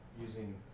using